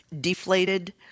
Deflated